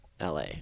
LA